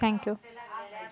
thank you